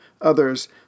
others